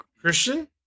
Christian